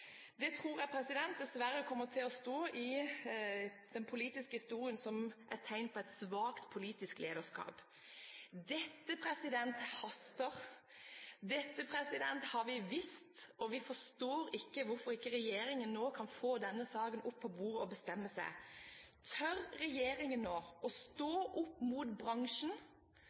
Det tror jeg dessverre kommer til å stå i den politiske historien som et tegn på svakt politisk lederskap. Dette haster, dette har vi visst, og vi forstår ikke hvorfor ikke regjeringen nå kan få denne saken opp på bordet og bestemme seg. Tør regjeringen nå å stå opp mot bransjen